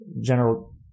general